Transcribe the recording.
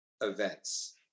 events